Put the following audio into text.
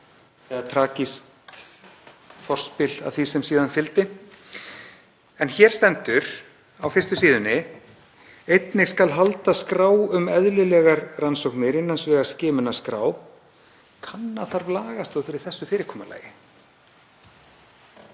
eða tragískt forspil að því sem síðan fylgdi. En hér stendur á fyrstu síðunni: „Einnig skal halda skrá um eðlilegar rannsóknir (skimunarskrá). Kanna þarf lagastoð fyrir þessu fyrirkomulagi.“